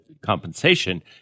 compensation